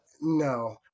no